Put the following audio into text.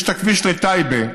יש הכביש לטייבה,